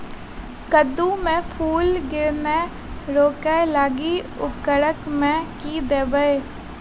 कद्दू मे फूल गिरनाय रोकय लागि उर्वरक मे की देबै?